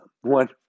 one